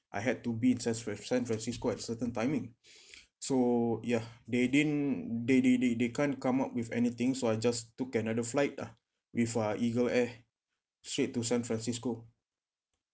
I had to be in san fran~ san francisco at certain timing so yeah they didn't they they they they can't come up with anything so I just took another flight ah with uh eagle air straight to san francisco